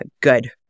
good